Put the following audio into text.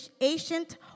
ancient